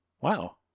wow